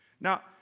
Now